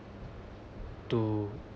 to